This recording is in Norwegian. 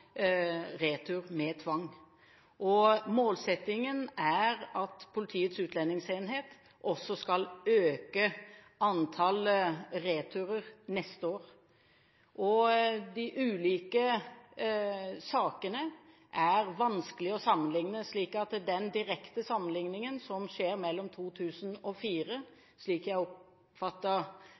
retur med tvang. Målsettingen er at Politiets utlendingsenhet skal øke antall returer neste år. De ulike sakene er vanskelige å sammenligne, slik at den direkte sammenligningen som har skjedd mellom 2004 – slik jeg